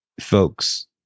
folks